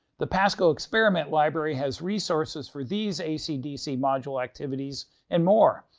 the pasco experiment library has resources for these ac dc module activities and more.